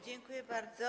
Dziękuję bardzo.